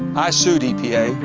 i sued epa.